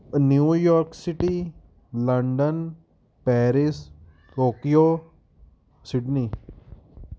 New York city London Paris Tokyo Sydney